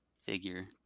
figure